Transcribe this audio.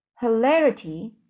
hilarity